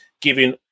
giving